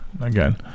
again